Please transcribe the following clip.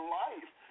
life